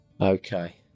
Okay